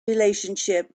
relationship